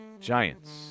Giants